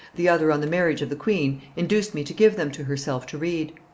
the other on the marriage of the queen, induced me to give them to herself to read.